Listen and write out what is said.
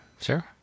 sure